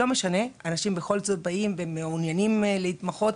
לא משנה, אנשים בכל זאת באים ומעוניינים להתמחות,